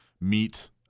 meet